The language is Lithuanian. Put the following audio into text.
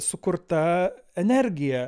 sukurta energija